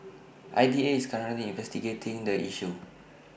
I D A is currently investigating the issue